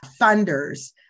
funders